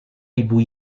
ribu